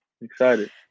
Excited